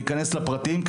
ניכנס לפרטים,